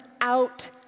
out